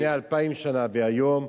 לפני אלפיים שנה, והיום,